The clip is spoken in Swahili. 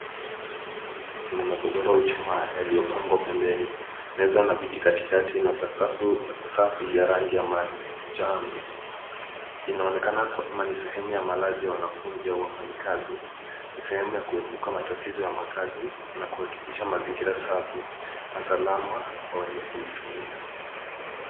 Chumba cha malazi chenye magodoro au chuma yaliyopangwa pembeni. Meza na viti katikati na sakafu safi ya rangi ya manjano. Inaonekana kama ni sehemu ya malazi ya wanafunzi au wafanyikazi. Ni sehemu ya kuepuka matatizo ya makazi na kuhakikisha mazingira safi na salama kwa wenye kuitumia.